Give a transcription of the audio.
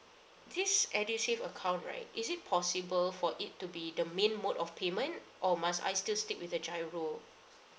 this edusave account right is it possible for it to be the main mode of payment or must I still stick with the giro